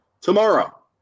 Tomorrow